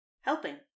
helping